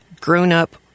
grown-up